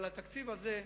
אבל התקציב הזה,